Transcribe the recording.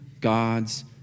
God's